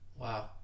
Wow